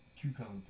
Cucumber